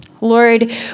Lord